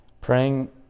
praying